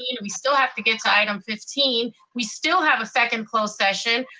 and we still have to get to item fifteen. we still have a second closed session,